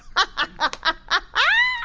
i